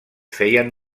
feien